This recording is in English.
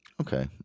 okay